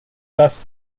thus